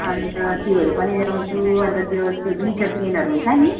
अन्त त्योहरू पनि ल्याउँछु अन्त त्यो त्यो ग्लिटर पेनहरू हुन्छ नि